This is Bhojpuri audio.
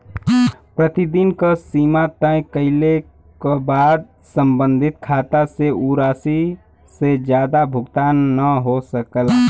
प्रतिदिन क सीमा तय कइले क बाद सम्बंधित खाता से उ राशि से जादा भुगतान न हो सकला